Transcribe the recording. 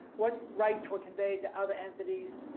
what rights were conveyed to other entities?